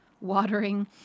watering